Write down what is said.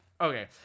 okay